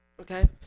Okay